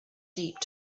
deep